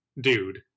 dude